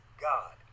God